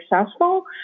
successful